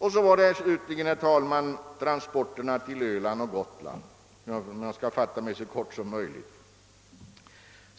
Herr talman! Jag vill vidare ta upp frågan om transporterna till Öland och Gotland, jag skall fatta mig så kort som möjligt.